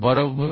बरोबर